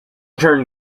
turn